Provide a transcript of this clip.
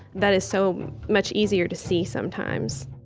that is so much easier to see, sometimes